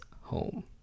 home